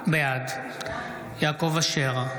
בעד יעקב אשר,